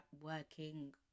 working